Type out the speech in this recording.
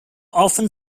often